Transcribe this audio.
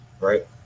right